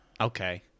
Okay